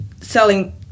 selling